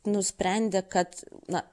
nusprendė kad na